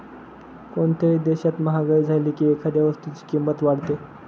कोणत्याही देशात महागाई झाली की एखाद्या वस्तूची किंमत वाढते